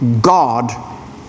God